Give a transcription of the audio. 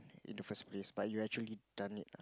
in the first place but you actually done it